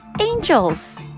angels